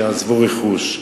שעזבו רכוש.